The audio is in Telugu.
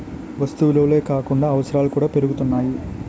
వస్తు విలువలే కాకుండా అవసరాలు కూడా పెరుగుతున్నాయి